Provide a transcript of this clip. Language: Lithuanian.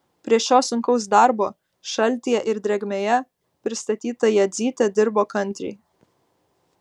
prie šio sunkaus darbo šaltyje ir drėgmėje pristatyta jadzytė dirbo kantriai